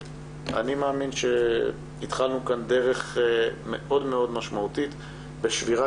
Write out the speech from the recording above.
אני מאמין שהתחלנו כאן דרך מאוד מאוד משמעותית בשבירת